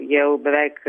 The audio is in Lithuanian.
jau beveik